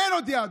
אין עוד יהדות.